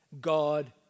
God